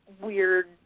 weird